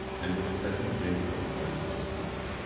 and with the pleasant jingle of coins in his pocket?